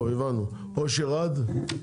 טוב הבנו, אושר עד.